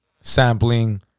sampling